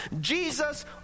Jesus